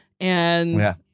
And-